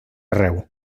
arreu